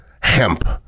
hemp